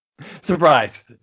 Surprise